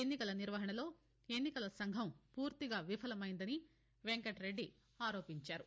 ఎన్నికల నిర్వహణలో ఎన్నికల సంఘం పూర్తిగా విఫలమైందని వెంకట్రెడ్ది ఆరోపించారు